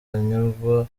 anyurwa